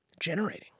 generating